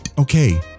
okay